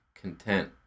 content